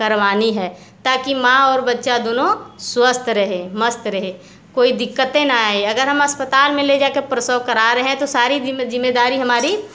करवानी है ताकि माँ और बच्चा दोनों स्वस्थ रहे मस्त रहे कोई दिक्कतें है न आए अगर हम अस्पताल में ले जाकर प्रसव करा रहे हैं तो सारी जिम्मेदारी हमारी